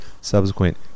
subsequent